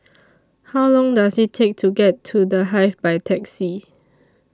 How Long Does IT Take to get to The Hive By Taxi